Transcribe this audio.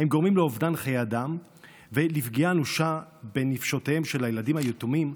הם גורמים לאובדן חיי אדם ולפגיעה אנושה בנפשותיהם של הילדים היתומים,